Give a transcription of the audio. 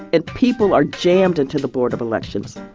and people are jammed into the board of elections.